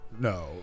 No